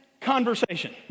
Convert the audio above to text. conversation